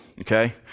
okay